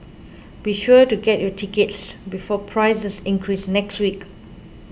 be sure to get your tickets before prices increase next week